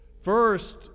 First